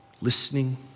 listening